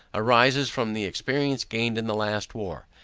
arises from the experience gained in the last war,